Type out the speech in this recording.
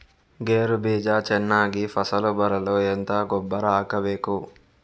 ಗೇರು ಬೀಜ ಚೆನ್ನಾಗಿ ಫಸಲು ಬರಲು ಎಂತ ಗೊಬ್ಬರ ಹಾಕಬೇಕು?